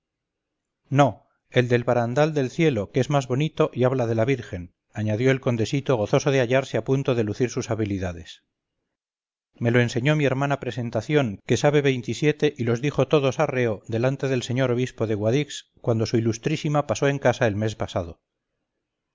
no el del barandal del cielo que es más bonito y habla de la virgen añadió el condesito gozoso de hallarse a punto de lucir sus habilidades me lo enseñó mi hermana presentación que sabe veintisiete y los dijo todos arreo delante del señor obispo de guadix cuando su ilustrísima paró en casa el mes pasado